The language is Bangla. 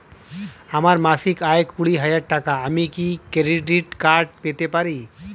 আমার মাসিক আয় কুড়ি হাজার টাকা আমি কি ক্রেডিট কার্ড পেতে পারি?